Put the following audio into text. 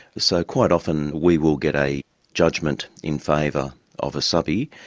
so quite often we will get a judgement in favour of a subbie,